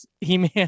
He-Man